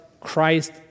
Christ